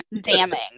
damning